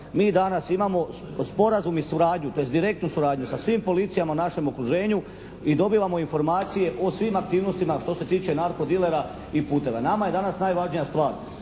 mi danas imamo sporazum i suradnju, tj., direktnu suradnju sa svim policijama u našem okruženju i dobivamo informacije o svim aktivnostima što se tiče narkodilera i puteva. Nama je danas najvažnija stvar